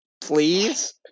please